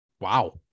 Wow